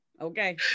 Okay